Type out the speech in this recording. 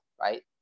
Right